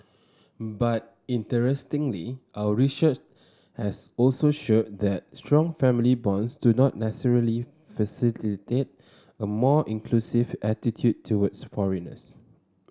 but interestingly our research as also showed that strong family bonds do not necessarily a more inclusive attitude towards foreigners